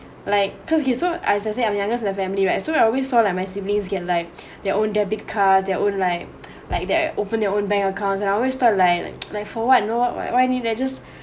like because okay so as I say I'm the youngest in the family right so I always saw lah my siblings get like their own debit card their own like like they're open their own bank account and always thought like like for what you know what what why didn't they just